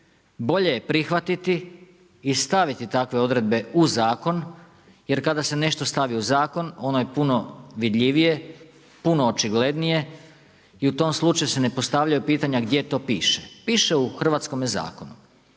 bolje je prihvatiti i staviti takve odredbe u zakon, jer kada se nešto stavi u zakon ono je puno vidljivije, puno očiglednije i u tom slučaju se ne postavlja pitanja gdje to piše. Piše u hrvatskome zakonu.